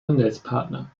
handelspartner